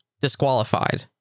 disqualified